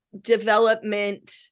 development